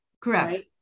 correct